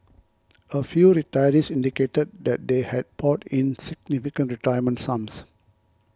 a few retirees indicated that they had poured in significant retirement sums